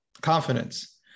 confidence